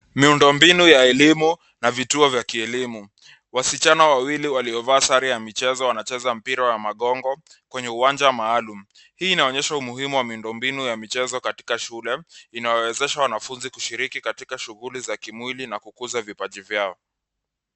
Miundo mbinu ya elimu na vituo vya kielimu. Wasichana wawili waliovaa sare ya mchezo wanacheza mpira wa magongo kwenye uwanja maalum. Hii inaonyesha umuhimu wa miundo mbinu ya michezo katika shule inayowezesha wanafunzi kushiriki katika shughuli za kimwili na kukuuza vipaji vyao.